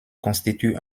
constitue